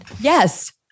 Yes